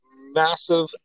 massive